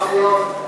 אמנון,